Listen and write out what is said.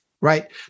Right